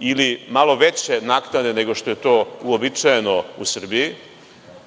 ili malo veće naknade nego što je to uobičajno u Srbiji,